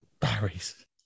Barry's